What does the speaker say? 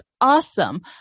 Awesome